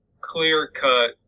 clear-cut